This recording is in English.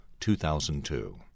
2002